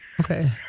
okay